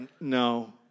no